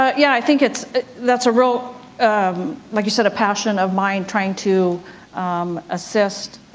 yeah yeah, i think it's that's a role um like you said a passion of mine trying to assist